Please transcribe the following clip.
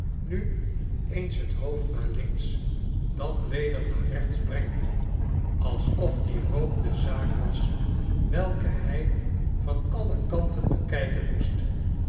nu eens het hoofd naar links dan weder naar rechts brengende alsof die rook de zaak was welke hij van alle kanten bekijken moest